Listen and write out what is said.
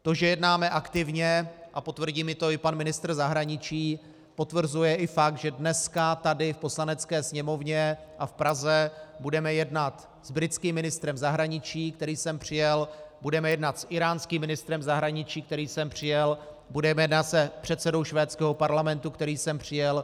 To, že jednáme aktivně, a potvrdí mi to i pan ministr zahraničí, potvrzuje i fakt, že dneska tady v Poslanecké sněmovně a v Praze budeme jednat s britským ministrem zahraničí, který sem přijel, budeme jednat s íránským ministrem zahraničí, který sem přijel, budeme jednat s předsedou švédského parlamentu, který sem přijel.